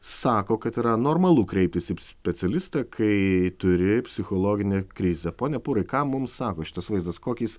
sako kad yra normalu kreiptis į specialistą kai turi psichologinę krizę pone pūrai ką mums sako šitas vaizdas kokį jis